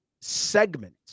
segment